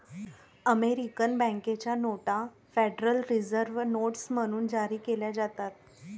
American बँकेच्या नोटा Federal Reserve notes म्हणून जारी केल्या जातात